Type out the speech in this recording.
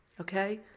okay